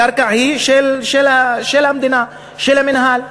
הקרקע היא של המדינה, של המינהל.